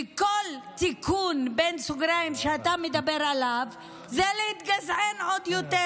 וכל "תיקון" שאתה מדבר עליו זה להתגזען עוד יותר,